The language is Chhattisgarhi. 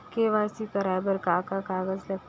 के.वाई.सी कराये बर का का कागज लागथे?